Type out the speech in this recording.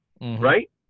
right